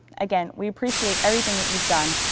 again, we appreciate everything that you've done,